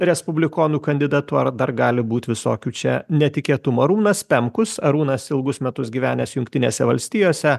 respublikonų kandidatu ar dar gali būt visokių čia netikėtumų arūnas pemkus arūnas ilgus metus gyvenęs jungtinėse valstijose